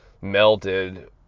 melted